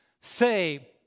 say